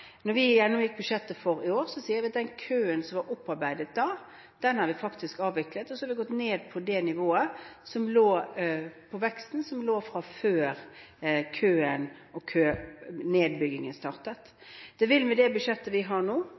vi gjennomgikk budsjettet for i år, så vi at vi faktisk hadde avviklet køen som var opparbeidet, og vi hadde kommet ned på det nivå på veksten som var der før køen og nedbyggingen startet. Med det budsjettet vi har nå,